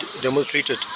demonstrated